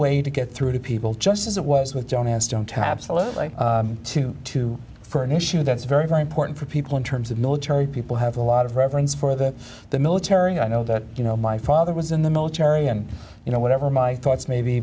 way to get through to people just as it was with john and stone taps to to for an issue that's very very important for people in terms of military people have a lot of reverence for that the military i know that you know my father was in the military and you know whatever my thoughts may be